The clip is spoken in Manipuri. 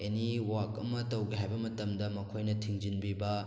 ꯑꯦꯅꯤ ꯋꯥꯛ ꯑꯃ ꯇꯧꯒꯦ ꯍꯥꯏꯕ ꯃꯇꯝꯗ ꯃꯈꯣꯏꯅ ꯊꯤꯡꯖꯤꯟꯕꯤꯕ